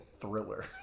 thriller